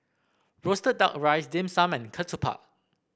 roasted duck rice Dim Sum and ketupat